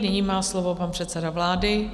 Nyní má slovo pan předseda vlády.